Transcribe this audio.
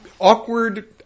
awkward